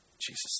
Jesus